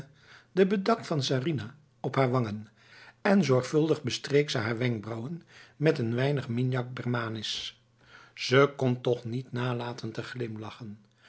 de bedak van sarinah op haar wangen en zorgvuldig bestreek ze haar wenkbrauwen met een weinig minjak bermanis ze kon toch niet nalaten te glimlachen